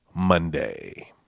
Monday